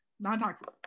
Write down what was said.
non-toxic